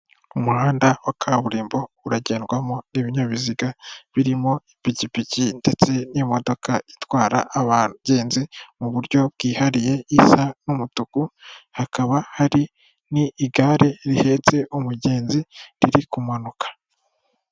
Umuhanda wa kaburimbo uragendwamo n'ibinyabiziga birimo ipikipiki ndetse n'imodoka itwara abagenzi mu buryo bwihariye isa n'umutuku. Hakaba hari n'igare rihetse umugenzi riri kumanuka.